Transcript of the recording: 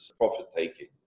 profit-taking